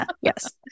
Yes